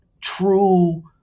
true